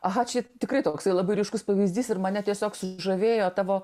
aha čia tikrai toksai labai ryškus pavyzdys ir mane tiesiog sužavėjo tavo